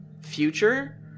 future